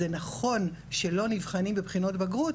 זה נכון שלא נבחנים בבחינות בגרות,